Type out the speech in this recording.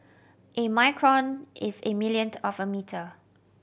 a micron is a millionth of a metre